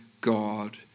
God